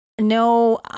No